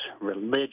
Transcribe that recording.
religion